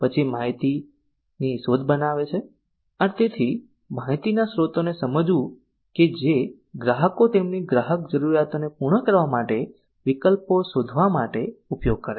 પછી માહિતી શોધ આવે છે તેથી માહિતીના સ્ત્રોતોને સમજવું કે જે ગ્રાહકો તેમની ગ્રાહક જરૂરિયાતોને પૂર્ણ કરવા માટે વિકલ્પો શોધવા માટે ઉપયોગ કરે છે